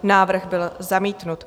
Návrh byl zamítnut.